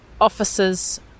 officers